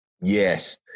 Yes